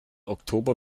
oktober